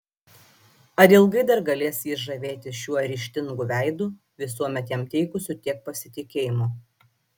ar ilgai dar galės jis žavėtis šiuo ryžtingu veidu visuomet jam teikusiu tiek pasitikėjimo